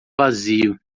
vazio